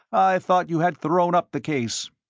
i thought you had thrown up the case.